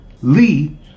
Lee